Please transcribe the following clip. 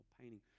painting